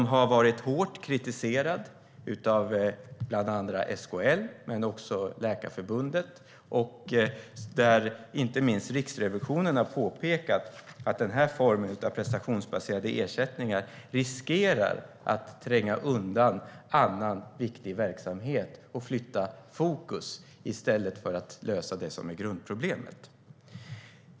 Den varit hårt kritiserad av bland annat SKL men också Läkarförbundet. Inte minst Riksrevisionen har påpekat att den här formen av prestationsbaserade ersättningar riskerar att tränga undan annan viktig verksamhet och flytta fokus i stället för att lösa det som är grundproblemet.